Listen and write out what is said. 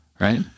Right